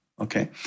okay